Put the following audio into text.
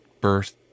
birth